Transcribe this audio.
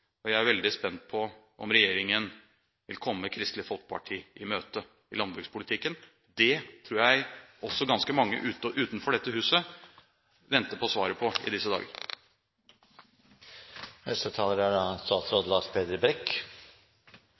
og jeg er veldig spent på om regjeringen vil komme Kristelig Folkeparti i møte i landbrukspolitikken. Det tror jeg også ganske mange utenfor dette huset venter på svaret på i disse dager. Først vil jeg takke for interpellasjonen. Kampen om jordarealene blir stadig viktigere. Derfor er